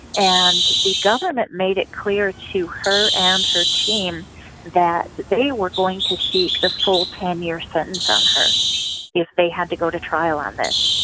and the government made it clear to her and her team that they were going to seek the full ten year sentence on her if they had to go to trial on this,